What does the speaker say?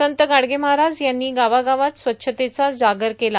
संत गाडगे महाराज यांनी गावागावात स्वच्छतेचा जागर केला